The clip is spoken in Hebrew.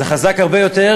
זה חזק הרבה יותר,